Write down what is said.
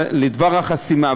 לדבר החסימה,